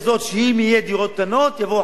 שאם יהיו דירות קטנות יבואו החלשים,